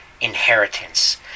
inheritance